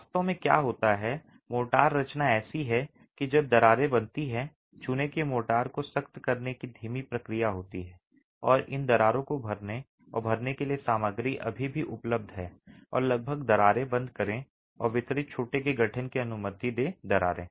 वास्तव में क्या होता है मोर्टार रचना ऐसी है कि जब दरारें बनती हैं चूने की मोर्टार को सख्त करने की धीमी प्रक्रिया होती है और इन दरारें को भरने और भरने के लिए सामग्री अभी भी उपलब्ध है और लगभग दरारें बंद करें और वितरित छोटे के गठन की अनुमति दें दरारें